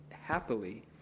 happily